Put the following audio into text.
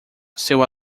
seu